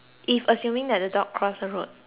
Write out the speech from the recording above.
the dog cross the road